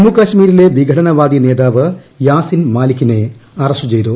ജമ്മുകശ്മീരിലെ വിഘടനവാദി നേതാവ് യാസിൻ മാലിക്കിനെ അറസ്റ്റു ചെയ്തു